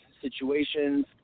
situations